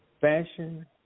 fashion